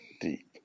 deep